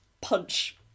punch